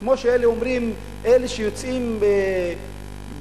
כמו שאלה אומרים: אלה שיוצאים בהפגנות,